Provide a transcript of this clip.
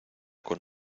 con